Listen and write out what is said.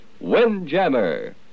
Windjammer